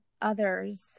others